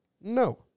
No